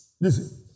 Listen